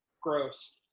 gross